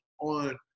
on